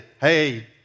Hey